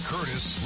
Curtis